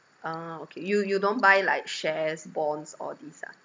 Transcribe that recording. oh okay you you don't buy like shares bonds all these ah